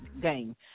game